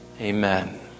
Amen